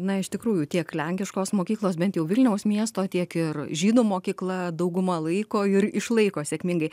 na iš tikrųjų tiek lenkiškos mokyklos bent jau vilniaus miesto tiek ir žydų mokykla dauguma laiko ir išlaiko sėkmingai